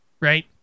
right